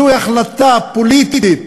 זוהי החלטה פוליטית